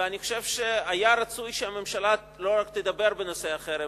ואני חושב שהיה רצוי שהממשלה לא רק תדבר בנושא החרם,